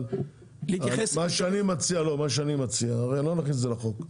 אבל, מה שאני מציע, הרי לא נכניס את זה לחוק.